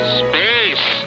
space